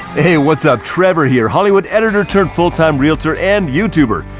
hey, what's up? trevor here, hollywood editor turned full-time realtor and youtuber.